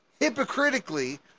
hypocritically